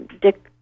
dick